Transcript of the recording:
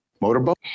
motorboat